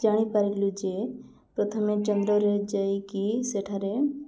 ଜାଣିପାରିଲୁ ଯେ ପ୍ରଥମେ ଚନ୍ଦ୍ରରେ ଯାଇକି ସେଠାରେ